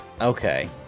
Okay